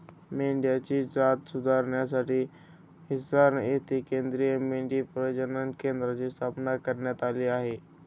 मेंढ्यांची जात सुधारण्यासाठी हिसार येथे केंद्रीय मेंढी प्रजनन केंद्राची स्थापना करण्यात आली आहे